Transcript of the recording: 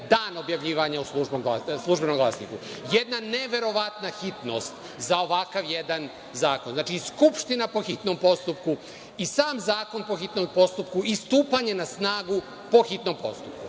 dan objavljivanja u „Službenom glasniku“. Jedna neverovatna hitnost za ovakav jedan zakon. Znači, Skupština po hitnom postupku i sam zakon po hitnom postupku i stupanje na snagu po hitnom postupku.